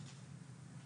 לעניין